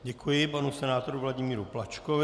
Děkuji panu senátoru Vladimíru Plačkovi.